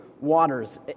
waters